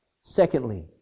Secondly